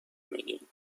میگین